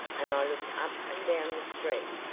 and i looked up and down the street.